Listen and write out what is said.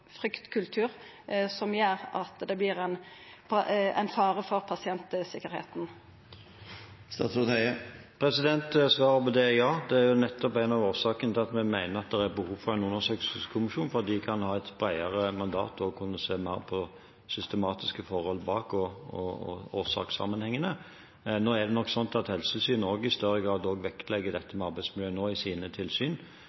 fryktkultur som vert ein fare for pasientsikkerheita? Svaret på det er ja. Det er nettopp en av årsakene til at vi mener det er behov for en undersøkelseskommisjon. De kan ha et bredere mandat og kan se mer på systematiske forhold bak og på årsakssammenhengene. Det er nok slik at Helsetilsynet i større grad også vektlegger dette